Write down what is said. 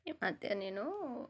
ఈ మధ్య నేనూ